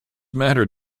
matter